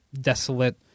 desolate